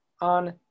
on